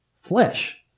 flesh